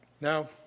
Now